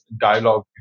dialogue